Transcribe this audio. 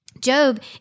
Job